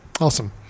Awesome